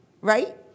Right